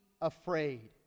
afraid